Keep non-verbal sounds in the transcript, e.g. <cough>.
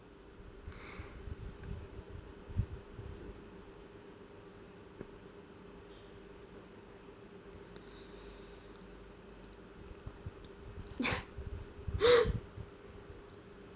<breath> <laughs>